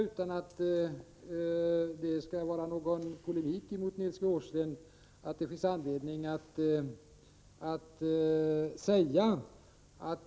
Utan att det behöver vara någon polemik mot Nils G. Åsling finns det anledning att säga följande.